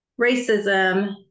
racism